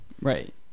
Right